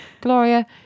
Gloria